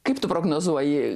kaip tu prognozuoji